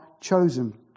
chosen